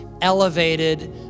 elevated